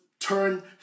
turn